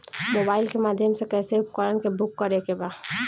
Mobile के माध्यम से कैसे उपकरण के बुक करेके बा?